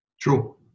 True